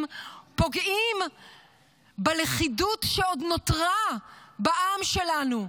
פוגעים בלכידות שעוד נותרה בעם שלנו,